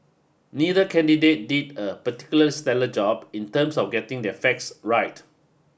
neither candidate did a particular stellar job in terms of getting their facts right